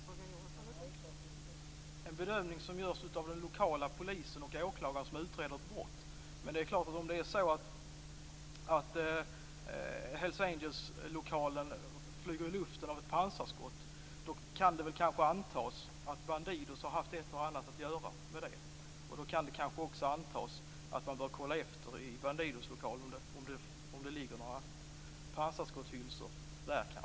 Fru talman! Vad som antas är förstås en bedömning som görs av den lokala polisen och åklagaren som utreder ett brott. Om det är så att Hells Angelslokalen flyger i luften av ett pansarskott kan det kanske antas att Bandidos har haft ett och annat att göra med det. Då kan det kanske också antas att man bör kontrollera i Bandidos lokal om det ligger några pansarskottshylsor där.